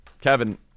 Kevin